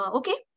okay